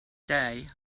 day